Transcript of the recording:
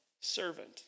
servant